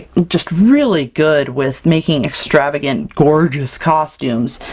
just really good with making extravagant, gorgeous costumes,